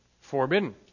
forbidden